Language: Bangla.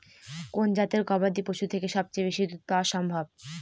কোন জাতের গবাদী পশু থেকে সবচেয়ে বেশি দুধ পাওয়া সম্ভব?